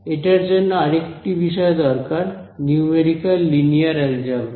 এটার জন্য আরেকটি বিষয় দরকার নিউমেরিক্যাল লিনিয়ার অ্যালজেবরা